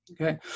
okay